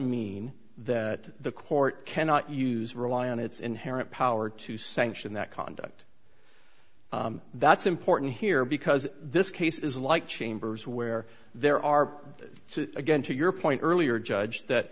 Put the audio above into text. mean that the court cannot use rely on its inherent power to sanction that conduct that's important here because this case is like chambers where there are so again to your point earlier judge that